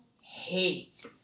hate